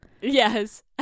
Yes